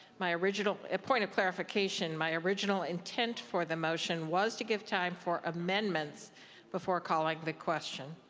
my original point of clarification. my original intents for the motion was to give time for amendments before calling the question.